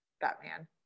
batman